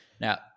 Now